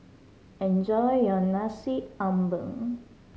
enjoy your Nasi Ambeng